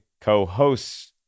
co-hosts